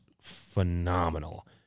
phenomenal